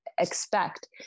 expect